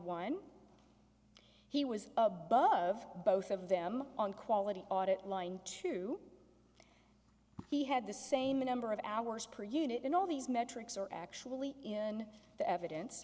one he was above both of them on quality audit line two he had the same number of hours per unit in all these metrics are actually in the evidence